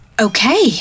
okay